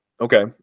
okay